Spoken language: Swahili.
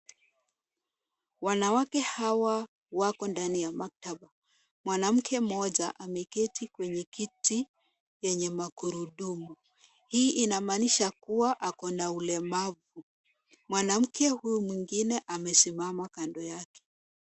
Wanawake hawa wako ndani ya maktaba. Mwanamke mmoja ameketi kwenye kiti yenye magurudumu. Hii inamaanisha kuwa ako na ulemavu. Mwanamke huyu mwingine amesimama kando yake.